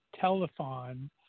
telephone